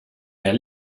der